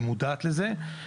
היא מודעת לזה,